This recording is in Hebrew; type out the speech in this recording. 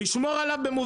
לשמור עליו.